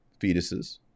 fetuses